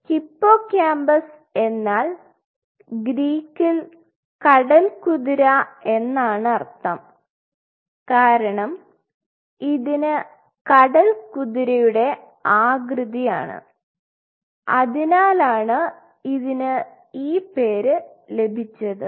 hippocampus എന്നാൽ ഗ്രീക്കിൽ കടൽ കുതിര എന്നാണ് അർത്ഥം കാരണം ഇതിന് കടൽ കുതിരയുടെ ആകൃതി ആണ് അതിനാലാണ് ഇതിന് ഈ പേര് ലഭിച്ചത്